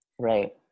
right